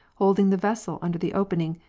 holding the vessel under the opening,